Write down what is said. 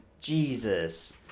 Jesus